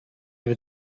with